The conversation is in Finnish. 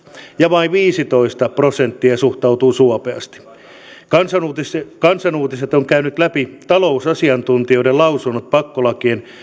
ja vain viisitoista prosenttia suhtautuu suopeasti kansan uutiset on käynyt läpi talousasiantuntijoiden lausunnot pakkolakien